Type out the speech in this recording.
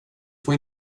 får